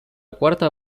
cuarta